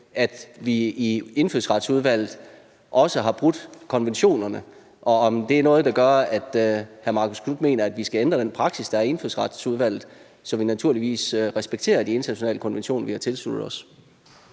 at vi i Indfødsretsudvalget også har brudt konventionerne, og om det er noget, der gør, at hr. Marcus Knuth mener, at vi skal ændre den praksis, der er i Indfødsretsudvalget, så vi naturligvis respekterer de internationale konventioner, vi har tilsluttet os.